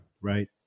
right